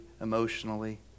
emotionally